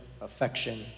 affection